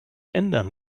ändern